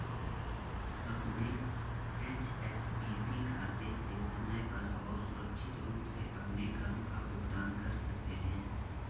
अपने एच.एस.बी.सी खाते से समय पर और सुरक्षित रूप से अपने करों का भुगतान कर सकते हैं